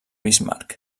bismarck